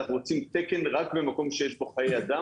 אלא אנחנו רוצים תקן רק במקום שיש בו חיי אדם